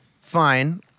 fine